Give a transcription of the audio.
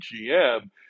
GM